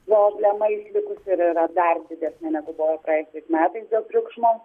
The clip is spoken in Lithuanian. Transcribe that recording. problema išlikusi ir yra dar didesnė negu buvo praėjusiais metais dėl triukšmo